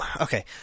okay